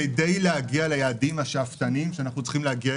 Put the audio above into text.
כדי להגיע ליעדים השאפתניים שאנחנו צריכים להגיע